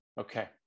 okay